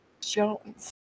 Jones